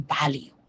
value